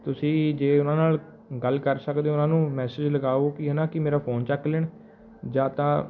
ਤੁਸੀਂ ਜੇ ਉਹਨਾਂ ਨਾਲ ਗੱਲ ਕਰ ਸਕਦੇ ਹੋ ਉਹਨਾਂ ਨੂੰ ਮੈਸੇਜ ਲਗਾਓ ਕਿ ਹੈ ਨਾ ਕਿ ਮੇਰਾ ਫੋਨ ਚੱਕ ਲੈਣ ਜਾਂ ਤਾਂ